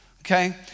Okay